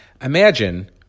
Imagine